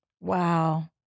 Wow